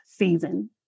season